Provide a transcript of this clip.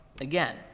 again